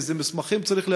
איזה מסמכים צריך להשלים.